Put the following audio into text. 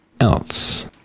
else